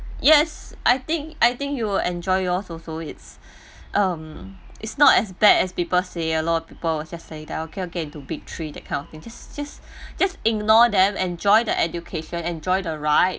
yes I think I think you will enjoy yours also it's um it's not as bad as people say a lot of people will just saying that okay okay do big three that kind of thing just just just ignore them enjoy the education enjoy the ride